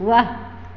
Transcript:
वाह